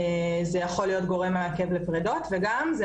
זה יכול להיות גורם מעכב לפרידות וגם זה